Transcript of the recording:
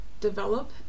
develop